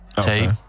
tape